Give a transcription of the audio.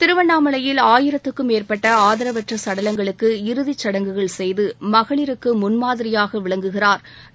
திருவண்ணாமலையில் ஆயிரத்திற்கும் மேற்பட்ட ஆதரவற்ற சடலங்களுக்கு இறுதி சடங்குகள் செய்து மகளிருக்கு முன்மாதிரியாக விளங்குகிறாா்